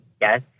yes